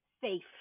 safe